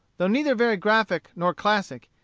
though neither very graphic nor classic,